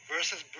Versus